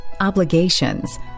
obligations